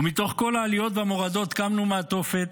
ומתוך כל העליות והמורדות קמנו מהתופת,